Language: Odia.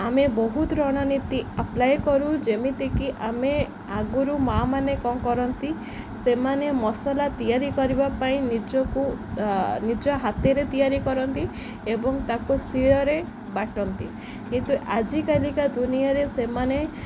ଆମେ ବହୁତ ରଣନୀତି ଆପ୍ଲାଏ କରୁ ଯେମିତିକି ଆମେ ଆଗରୁ ମାଆ ମାନେ କ'ଣ କରନ୍ତି ସେମାନେ ମସଲା ତିଆରି କରିବା ପାଇଁ ନିଜକୁ ନିଜ ହାତରେ ତିଆରି କରନ୍ତି ଏବଂ ତାକୁ ଶିଳରେ ବାଟନ୍ତି କିନ୍ତୁ ଆଜିକାଲିକା ଦୁନିଆରେ ସେମାନେ